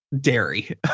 dairy